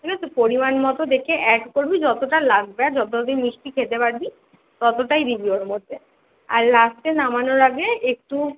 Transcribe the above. ঠিক আছে পরিমাণ মতো দেখে অ্যাড করবি যতোটা লাগবে আর যতোটা তুই মিষ্টি খেতে পারবি ততটাই দিবি ওর মধ্যে আর লাস্টে নামানোর আগে একটু